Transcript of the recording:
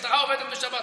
המשטרה עובדת בשבת,